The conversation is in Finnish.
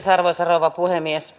arvoisa rouva puhemies